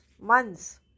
months